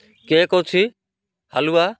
cake ଅଛି ହାଲୁଆ